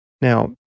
Now